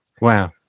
Wow